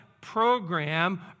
program